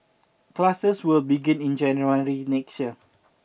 classes will begin in January next year